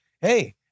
hey